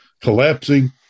collapsing